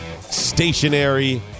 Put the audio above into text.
stationary